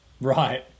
Right